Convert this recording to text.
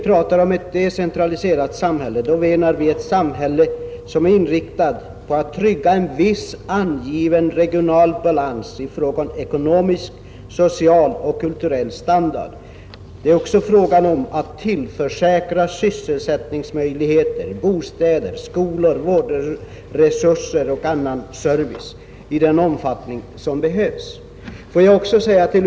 Med ett decentraliserat samhälle menar vi ett samhälle som är inriktat på att trygga en viss angiven regional balans i fråga om ekonomisk, social och kulturell standard. Det gäller också att tillförsäkra varje region sysselsättningsmöjligheter, bostäder, skolor, vårdresurser och annan service i den omfattning som behövs.